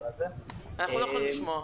אנחנו לא יכולים לשמוע.